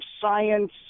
science